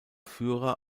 führer